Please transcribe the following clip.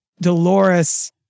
Dolores